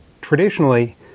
traditionally